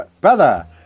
Brother